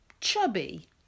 chubby